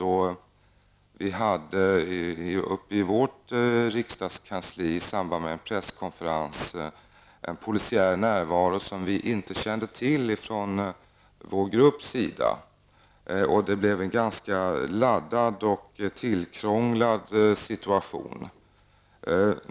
I samband med en presskonferens på vårt riksdagskansli hade vi en polisiär närvaro som vi i gruppen inte kände till. Det uppstod en ganska laddad och tillkrånglad situation.